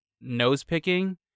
nose-picking